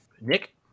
Nick